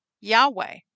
Yahweh